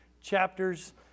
chapters